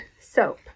soap